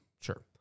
sure